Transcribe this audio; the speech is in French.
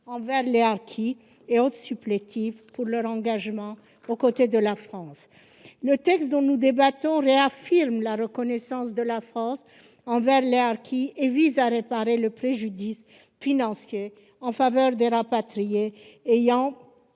envers les harkis et autres supplétifs pour leur engagement aux côtés de la France. Le texte dont nous venons de débattre réaffirme la reconnaissance de la France envers les harkis et vise à réparer financièrement le préjudice subi par les rapatriés ayant